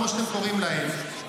כמו שאתם קוראים להם,